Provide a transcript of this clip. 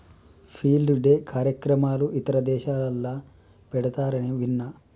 field day కార్యక్రమాలు ఇతర దేశాలల్ల పెడతారని విన్న